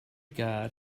guard